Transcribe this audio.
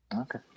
Okay